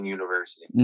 University